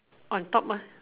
on top ah